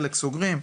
וחלק סוגרים.